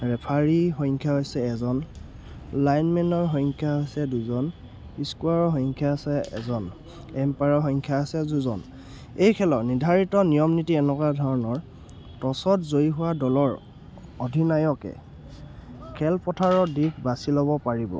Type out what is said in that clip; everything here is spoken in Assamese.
ৰেফাৰী সংখ্যা হৈছে এজন লাইনমেনৰ সংখ্যা হৈছে দুজন স্ক'ৰাৰ সংখ্যা আছে এজন এম্পায়াৰৰ সংখ্যা আছে দুজন এই খেলৰ নিৰ্ধাৰিত নিয়ম নীতি এনেকুৱা ধৰণৰ টচত জয়ী হোৱা দলৰ অধিনায়কে খেলপথাৰৰ দিশ বাছি ল'ব পাৰিব